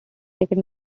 ticket